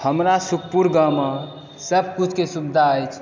हमरा सुखपुर गाँवमे सभकिछुके सुविधा अछि